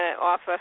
offer